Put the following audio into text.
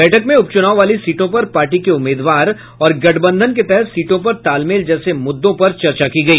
बैठक में उपचुनाव वाली सीटों पर पार्टी के उम्मीदवार और गठबंधन के तहत सीटों पर तालमेल जैसे मुददों पर चर्चा की गई